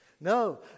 No